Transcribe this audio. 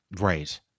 Right